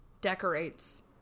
decorates